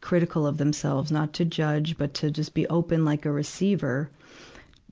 critical of themselves not to judge, but to just be open like a receiver